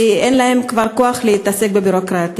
כי אין להם כבר כוח להתעסק בביורוקרטיה.